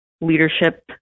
leadership